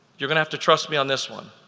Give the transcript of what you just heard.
you're gonna have to trust me on this one.